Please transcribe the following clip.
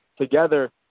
together